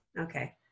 Okay